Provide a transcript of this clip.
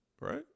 Right